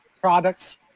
products